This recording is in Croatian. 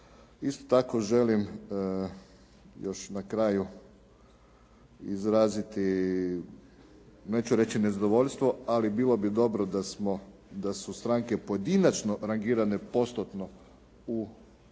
Isto tako želim još na kraju izraziti, neću reći nezadovoljstvo, ali bilo bi dobro da su stranke pojedinačno rangirane postotno u visini